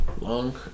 Long